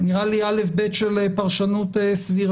זה נראה לי א'-ב' של פרשנות סבירה.